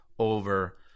Over